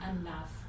enough